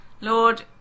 Lord